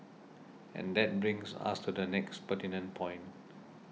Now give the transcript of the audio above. and that brings us to the next pertinent point